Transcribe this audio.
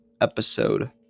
episode